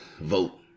vote